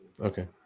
Okay